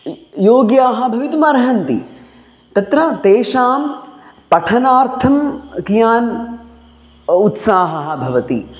योग्याः भवितुम् अर्हन्ति तत्र तेषां पठनार्थं कियान् उत्साहः भवति